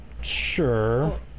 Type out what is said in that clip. Sure